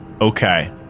Okay